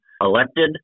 elected